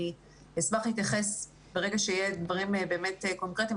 אני אשמח להתייחס ברגע שיהיה דברים באמת קונקרטיים.